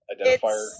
identifier